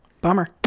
bummer